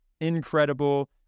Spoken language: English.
incredible